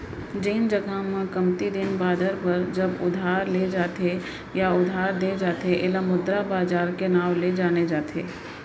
जेन जघा म कमती दिन बादर बर जब उधार ले जाथे या उधार देय जाथे ऐला मुद्रा बजार के नांव ले जाने जाथे